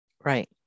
Right